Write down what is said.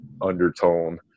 undertone